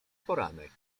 poranek